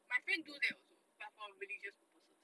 my friend do that also but for religious purposes